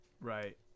Right